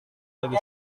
bagi